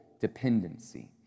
dependency